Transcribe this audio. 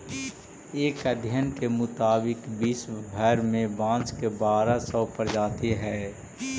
एक अध्ययन के मुताबिक विश्व भर में बाँस के बारह सौ प्रजाति हइ